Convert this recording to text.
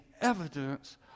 evidence